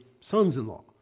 sons-in-law